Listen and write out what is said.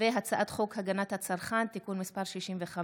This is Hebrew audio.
הצעת חוק הגנת הצרכן (תיקון מס' 65)